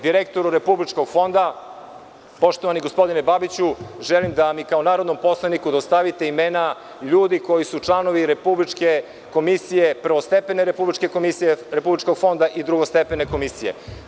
Direktoru Republičkog fonda, poštovani gospodine Babiću, želim da mi kao narodnom poslaniku dostavite imena ljudi koji su članovi Republičke komisije, prvostepene Republičke komisije, Republičkog fonda i drugostepene komisije.